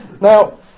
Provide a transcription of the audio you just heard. Now